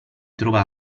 trova